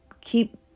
keep